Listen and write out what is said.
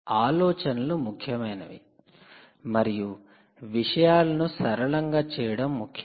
ఆలోచనలు ముఖ్యమైనవి మరియు విషయాలను సరళంగా చేయడం ముఖ్యం